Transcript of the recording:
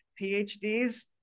PhDs